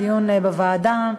דיון בוועדה,